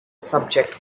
subject